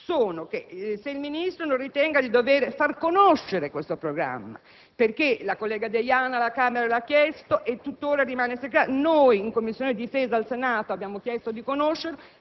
sapere se il Ministro non ritenga di dover far conoscere questo programma. La collega Deiana, alla Camera dei deputati, lo ha chiesto e tuttora rimane segreto; noi, in Commissione difesa, al Senato, abbiamo chiesto di conoscerlo